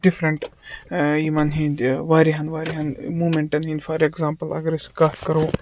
different یِمَن ہٕنٛدۍ واریاہَن واریاہَن موٗم۪نٹَن ہِنٛدۍ فار ایگزامپُل اگر أسۍ کَتھ کَرو